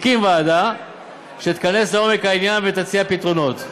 הקים ועדה שתיכנס לעומק העניין ותציע פתרונות.